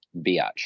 biatch